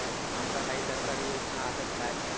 आमका काही सरकारी योजना आसत काय?